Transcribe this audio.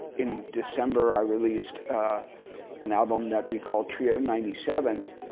in december i released an album that we called trio ninety seven